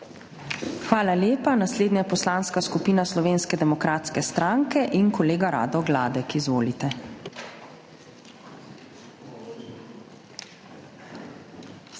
Hvala lepa. Naslednja je Poslanska skupina Slovenske demokratske stranke in kolega Rado Gladek. Izvolite.